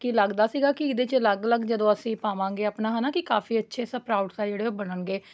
ਕਿ ਲੱਗਦਾ ਸੀਗਾ ਕਿ ਇਹਦੇ 'ਚ ਅਲੱਗ ਅਲੱਗ ਜਦੋਂ ਅਸੀਂ ਪਾਵਾਂਗੇ ਆਪਣਾ ਹੈ ਨਾ ਕਿ ਕਾਫ਼ੀ ਅੱਛੇ ਸਪਰਾਉਟਸ ਆ ਜਿਹੜੇ ਉਹ ਬਣਨਗੇ